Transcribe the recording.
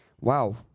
Wow